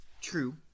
true